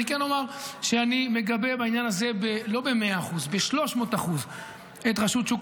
אני כן אומר שבעניין הזה אני מגבה את רשות שוק